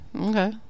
okay